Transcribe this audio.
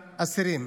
ולאסירים.